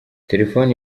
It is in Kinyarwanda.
telefoni